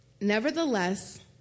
Nevertheless